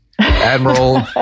Admiral